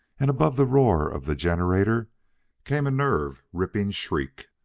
and above the roar of the generator came a nerve-ripping shriek.